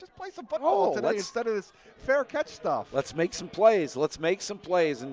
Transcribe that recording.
play some football today instead of this fair catch stuff. let's make some plays, let's make some plays, and